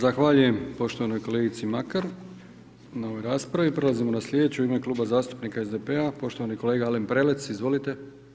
Zahvaljujem poštovanoj kolegici Makar na ovoj raspravi, prelazimo na sljedeću, u ime Kluba zastupnika SDP-a poštovani kolega Alen Prelec, izvolite.